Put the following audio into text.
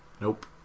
Nope